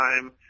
time